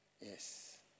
Yes